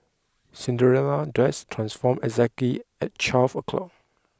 Cinderella dress transformed exactly at twelve o'clock